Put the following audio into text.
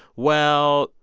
well,